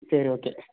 சரி ஓகே